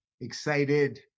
excited